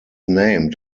named